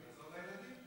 לעזור לילדים.